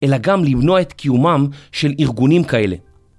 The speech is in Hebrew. אלא גם למנוע את קיומם של ארגונים כאלה.